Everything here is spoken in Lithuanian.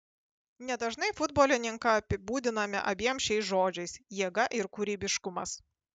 nedažnai futbolininką apibūdiname abiem šiais žodžiais jėga ir kūrybiškumas